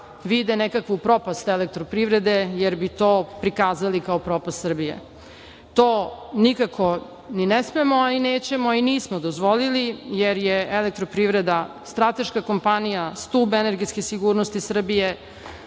vide nekakvu propast "Elektroprivrede" jer bi to prikazali kao propast Srbije. To nikako ni ne smemo, a ni nećemo, a ni nismo dozvolili, jer je "Elektroprivreda" strateška kompanija, stub energetske sigurnosti Srbije.